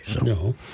No